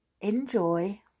enjoy